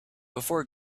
before